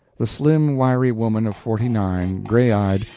the slim, wiry woman of forty-nine, gray-eyed,